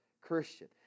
Christian